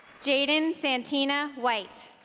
jaden santina white